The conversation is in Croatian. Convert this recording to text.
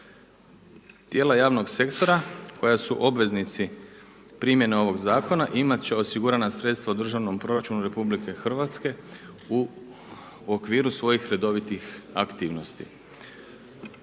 Tijela javnog sektora koja su obveznici primjene ovog zakona imat će osigurana sredstva u državnom proračunu RH u okviru svojih redovitih aktivnosti.